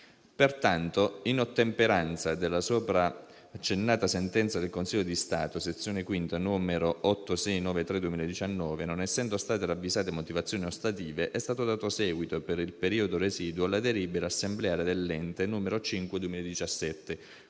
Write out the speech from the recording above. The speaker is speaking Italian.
Pertanto, in ottemperanza della sopra accennata sentenza del Consiglio di Stato, Sezione V, n. 8693 del 2019, non essendo state ravvisate motivazioni ostative, è stato dato seguito, per il periodo residuo, alla delibera assembleare dell'ente n. 5 del 2017,